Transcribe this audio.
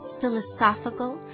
philosophical